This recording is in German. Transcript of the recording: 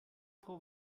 pro